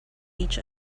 each